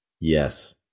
Yes